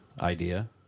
idea